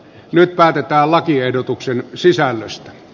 nyt päätetään lakiehdotuksen sisällöstä